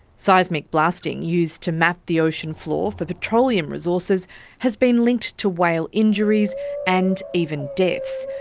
seismic blasting used to map the ocean floor for petroleum resources has been linked to whale injuries and even deaths,